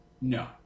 No